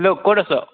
hello ক'ত আছ'